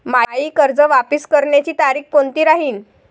मायी कर्ज वापस करण्याची तारखी कोनती राहीन?